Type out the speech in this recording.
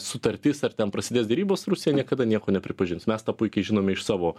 sutartis ar ten prasidės derybos rusija niekada nieko nepripažins mes tą puikiai žinome iš savo